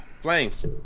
Flames